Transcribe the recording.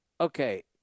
okay